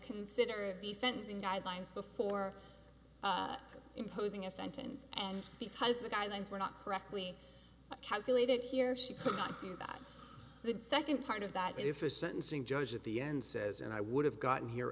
consider the sentencing guidelines before imposing a sentence and because the guidelines were not correctly calculated he or she could not do that the second part of that if a sentencing judge at the end says and i would have gotten here